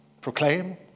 proclaim